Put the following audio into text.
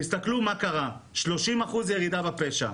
תסתכלו מה קרה: 30% ירידה בפשע,